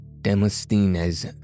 Demosthenes